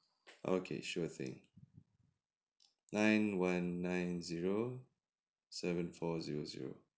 okay sure thing nine one nine zero seven four zero zero